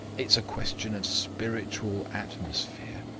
it's a question of spiritual atmosphere.